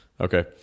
Okay